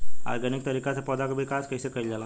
Organic तरीका से पौधा क विकास कइसे कईल जाला?